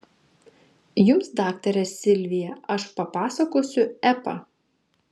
jums daktare silvija aš papasakosiu epą